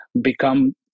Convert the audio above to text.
become